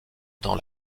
dans